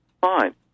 fine